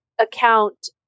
account